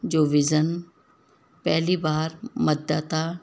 जो विज़न पहिली बार मत दाता